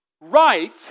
right